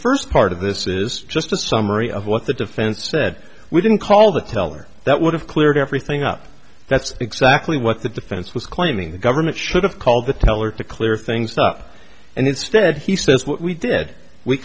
first part of this is just a summary of what the defense said we didn't call the teller that would have cleared everything up that's exactly what the defense was claiming the government should have called the teller to clear things up and instead he says what we did we